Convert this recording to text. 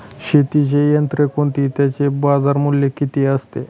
शेतीची यंत्रे कोणती? त्याचे बाजारमूल्य किती असते?